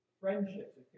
friendships